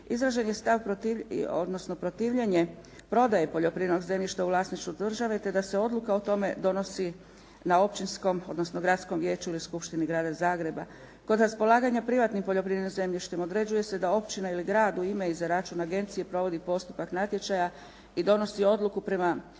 Izražen je stav odnosno protivljenje prodaje poljoprivrednog zemljišta u vlasništvu države te da se odluka o tome donosi na općinskom odnosno Gradskom vijeću ili Skupštini Grada Zagreba. Kod raspolaganja privatnim poljoprivrednim zemljištem određuje se da općina ili grad u ime i za račun agencije provodi postupak natječaja i donosi odluku prema